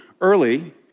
Early